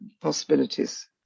possibilities